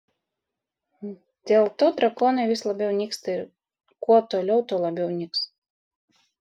dėl to drakonai vis labiau nyksta ir kuo toliau tuo labiau nyks